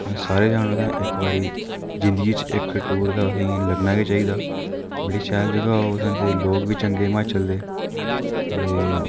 सारे जान कदें इक बारी ज़िन्दगी च इक टूर ते तुसें ई लग्गना गै चाहिदा बड़ी शैल जगह् ओह् ते उ'त्थें लोग बी चंगे हिमाचल दे ते